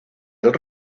del